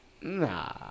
Nah